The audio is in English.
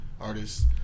artists